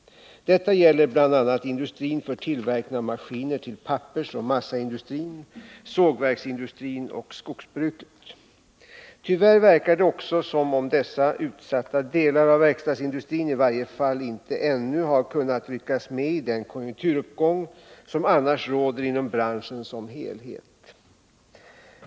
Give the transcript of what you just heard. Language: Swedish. Detta gäller bl.a. industrin för tillverkning av maskiner till pappersoch massaindustrin, sågverksindustrin och skogsbruket. Tyvärr verkar det också som om dessa utsatta delar av verkstadsindustrin i varje fall inte ännu har kunnat ryckas med i den konjunkturuppgång som annars råder inom branschen som helhet.